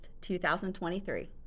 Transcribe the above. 2023